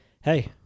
hey